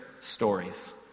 stories